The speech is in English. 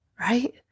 right